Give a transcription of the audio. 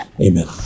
Amen